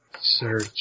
Search